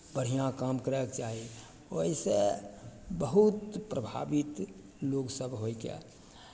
बढ़िआँ काम करयके चाही ओहिसँ बहुत प्रभावित लोकसभ होइए